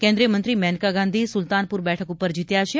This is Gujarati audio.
કેન્દ્રીય મંત્રી મેનકા ગાંધી સુલતાનપુર બેઠક ઉપર જીત્યા છે